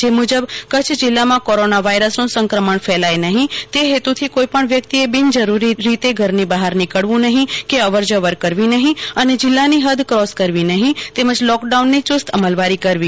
જે મજબ કચ્છ જીલ્લામાં કોરોના વાયરસનું સંક્રમણ ફેલાય નહિ તે હેતુથી કોઇપણ વ્યકિતએ બિનજરૂરી રીતે ઘરની બહાર નીકળવું નહિ કે અવર જવર કરવી નહિ અને જીલ્લાની હદ ક્રીસ કરવી નહિ તેમજ લોકડાઉનની યુસ્ત અમલવારી કરવી